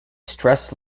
stress